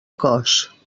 cos